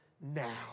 now